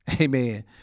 amen